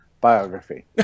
biography